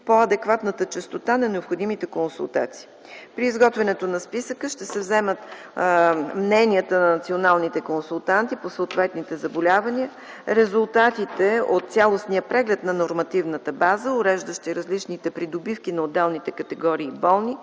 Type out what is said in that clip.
по-адекватната честота на необходимите консултации. При изготвянето на списъка ще се вземат мненията на националните консултанти по съответните заболявания, резултатите от цялостния преглед на нормативната база, уреждащи различните придобивки на отделните категории болни,